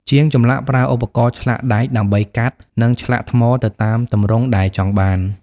ជាងចម្លាក់ប្រើឧបករណ៍ឆ្លាក់ដែកដើម្បីកាត់ និងឆ្លាក់ថ្មទៅតាមទម្រង់ដែលចង់បាន។